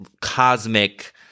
cosmic